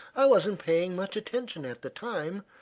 i wasn't paying much attention at the time.